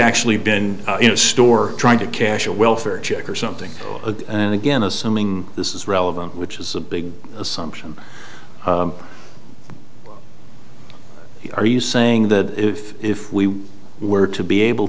actually been in a store trying to cash a welfare check or something and again assuming this is relevant which is a big assumption are you saying that if if we were to be able